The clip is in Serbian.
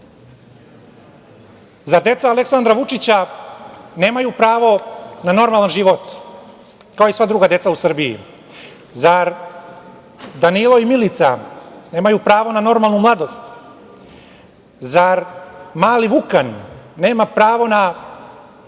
deca Aleksandra Vučića nemaju pravo na normalan život, kao i sva druga deca u Srbiji? Zar Danilo i Milica nemaju pravo na normalnu mladost? Zar mali Vukan nema pravo na